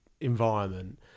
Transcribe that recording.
environment